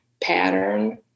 pattern